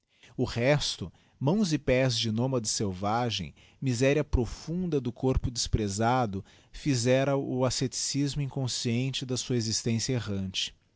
o resto mãos e pés de nómade selvagem miséria profunda do corpo desprezado fizera o o ascetismo inconsciente da sua existência errante